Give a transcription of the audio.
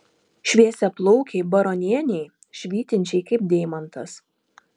šviesiaplaukei baronienei švytinčiai kaip deimantas